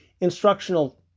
instructional